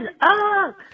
up